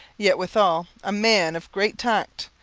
yet withal a man of great tact,